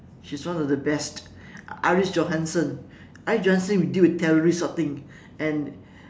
she's one of the best iris johansen iris johansen who deals with terrorist this sort of thing and